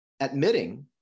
admitting